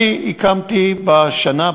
אני הקמתי בשנה,